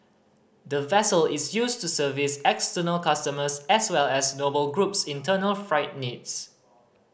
the vessel is used to service external customers as well as Noble Group's internal freight needs